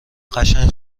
قشنگ